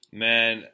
man